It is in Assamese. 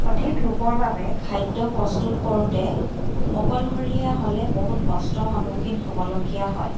অধিক লোকৰ বাবে খাদ্য প্ৰস্তুত কৰওঁতে অকলশৰীয়া হ'লে বহুত কষ্টৰ সন্মুখীন হ'বলগীয়া হয়